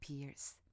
appears